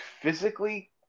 physically